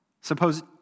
Suppose